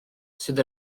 sydd